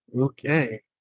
Okay